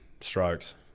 strokes